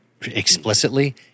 explicitly